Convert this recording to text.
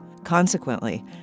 Consequently